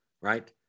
Right